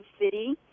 City